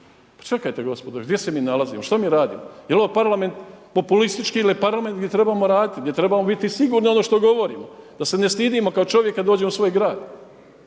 Pa čekajte gospodo, gdje se mi nalazimo, šta mi radimo, je li ovo populistički ili parlamentarni gdje trebamo raditi, gdje trebamo biti sigurni u ono što govorimo da se ne stidimo kao čovjek kada dođemo u svoj grad.